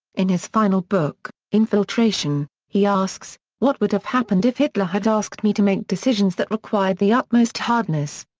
in his final book, infiltration, he asks, what would have happened if hitler had asked me to make decisions that required the utmost hardness.